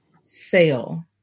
sale